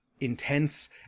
intense